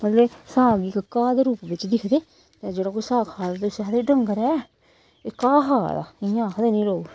मतलब साग गी इक घाऽ दे रूप बिच्च दिखदे जेह्ड़ा कोई साग खाऽ ते उस्सी आखदे डंगर ऐ एह् घाऽ खा दा इ'यां आखदे निं लोक